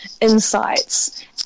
insights